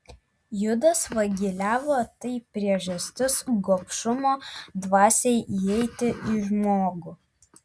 judas vagiliavo tai priežastis gobšumo dvasiai įeiti į žmogų